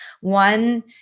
One